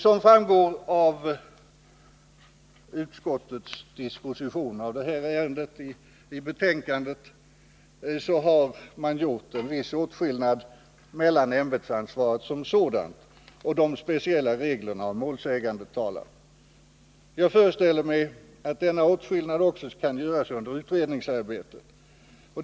Som framgår av utskottets disposition av ärendet i betänkandet har man gjort en viss åtskillnad mellan ämbetsansvaret som sådant och de speciella reglerna om målsägandetalan. Jag föreställer mig att denna åtskillnad också kan göras under utredningsarbetet.